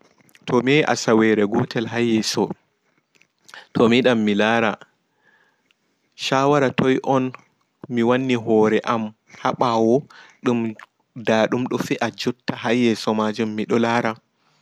To mi yehi awawere gotel ha yeeso to mi yiɗan milara shawara toi on miwanni hoore am ha ɓaawo ɗum daaɗum ɗo fe'a jotta ha yeeso maajum miɗo laara.